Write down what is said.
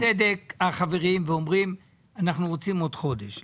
באים בצדק החברים ואומרים אנחנו רוצים עוד חודש.